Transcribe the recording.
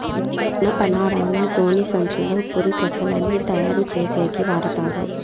జనపనారను గోనిసంచులు, పురికొసలని తయారు చేసేకి వాడతారు